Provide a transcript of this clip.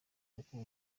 kuko